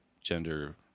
gender